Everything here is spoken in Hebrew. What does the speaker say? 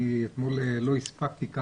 אתמול לא הספקתי,